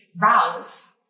rouse